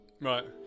Right